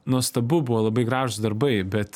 nuostabu buvo labai gražūs darbai bet